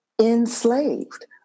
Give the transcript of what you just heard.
enslaved